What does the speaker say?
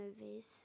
movies